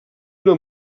una